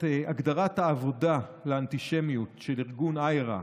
הגדרת העבודה לאנטישמיות של ארגון IHRA,